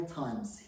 times